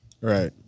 Right